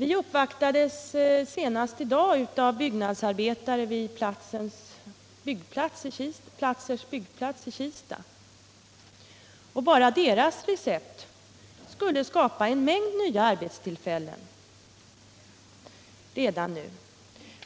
Vi uppvaktades så sent som i dag av byggnadsarbetare från Kista. Bara deras recept skulle skapa en mängd nya arbetstillfällen redan nu.